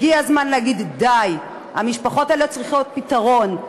הגיע הזמן להגיד: די, המשפחות האלה צריכות פתרון,